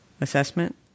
assessment